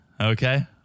okay